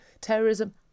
terrorism